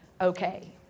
okay